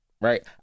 right